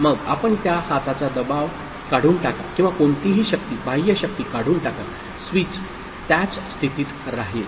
मग आपण त्या हाताचा दबाव काढून टाका किंवा कोणतीही शक्ती बाह्य शक्ती काढून टाका स्विच त्याच स्थितीत राहील